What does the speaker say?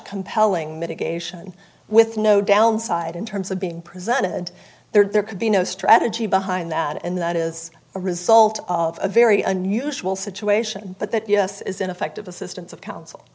compelling mitigation with no downside in terms of being presented there could be no strategy behind that and that is a result of a very unusual situation but that yes is ineffective assistance of counsel